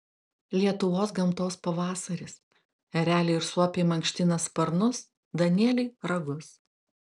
lietuvos gamtos pavasaris ereliai ir suopiai mankština sparnus danieliai ragus